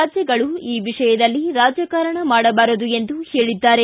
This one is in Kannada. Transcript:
ರಾಜ್ಯಗಳು ಈ ವಿಷಯದಲ್ಲಿ ರಾಜಕಾರಣ ಮಾಡಬಾರದು ಎಂದು ಹೇಳಿದ್ದಾರೆ